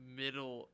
middle